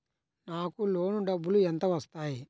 నాకు లోన్ డబ్బులు ఎంత వస్తాయి?